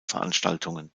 veranstaltungen